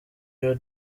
you